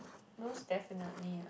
most definitely